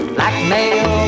Blackmail